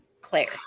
Claire